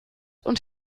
und